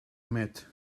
met